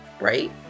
Right